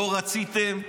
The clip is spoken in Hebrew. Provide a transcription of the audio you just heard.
לא רציתם.